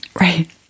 Right